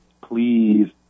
Please